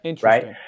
right